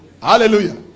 Hallelujah